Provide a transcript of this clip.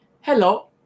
Hello